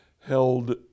held